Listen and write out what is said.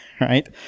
Right